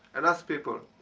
and as people,